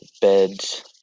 beds